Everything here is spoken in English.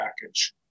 package